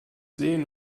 sehen